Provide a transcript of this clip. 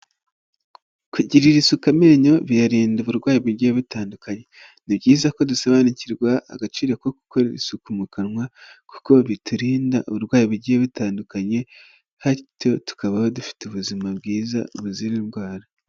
Kugirira isuka amenyo biyarinda uburwayi bugiye butandukanye. Ni byiza ko dusobanukirwa agaciro ko gukora isuku mu kanwa, kuko biturinda uburwayi bugiye butandukanye, hatyo tukabaho dufite ubuzima bwiza buzira indwara.